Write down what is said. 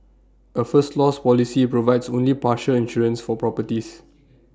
A first loss policy provides only partial insurance for properties